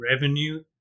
revenue